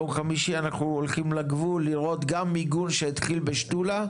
ביום חמישי אנחנו הולכים לגבול לראות גם מיגון שהתחיל בשתולה,